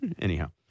Anyhow